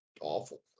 awful